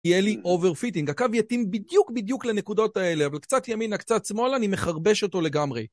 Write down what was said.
יהיה לי אובר פיטינג, הקו יתאים בדיוק בדיוק לנקודות האלה, אבל קצת ימין קצת שמאלה אני מחרבש אותו לגמרי.